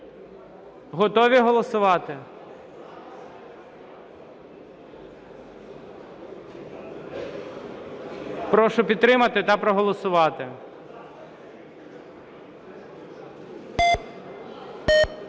Готові голосувати? Прошу підтримати та проголосувати.